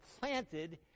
planted